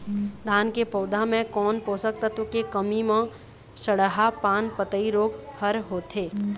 धान के पौधा मे कोन पोषक तत्व के कमी म सड़हा पान पतई रोग हर होथे?